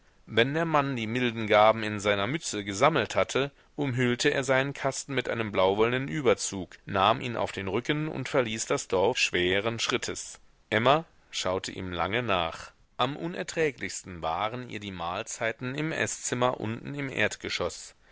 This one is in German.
wenn der mann die milden gaben in seiner mütze gesammelt hatte umhüllte er seinen kasten mit einem blauwollnen überzug nahm ihn auf den rücken und verließ das dorf schweren schrittes emma schaute ihm lange nach am unerträglichsten waren ihr die mahlzeiten im eßzimmer unten im erdgeschoß